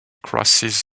crosses